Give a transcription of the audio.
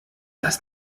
das